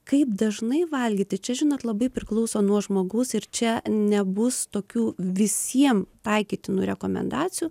kaip dažnai valgyti čia žinot labai priklauso nuo žmogaus ir čia nebus tokių visiem taikytinų rekomendacijų